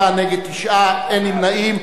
בעד, 37, נגד, 9, אין נמנעים.